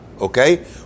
okay